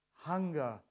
hunger